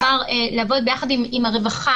נאמר ,לעבוד ביחד עם הרווחה,